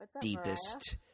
deepest